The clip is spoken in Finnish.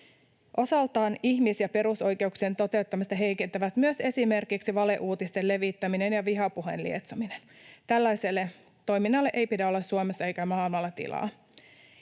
Osaltaan ihmis- ja perusoikeuksien toteuttamista heikentävät myös esimerkiksi valeuutisten levittäminen ja vihapuheen lietsominen. Tällaiselle toiminnalle ei pidä olla Suomessa eikä maailmalla tilaa.